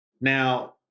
Now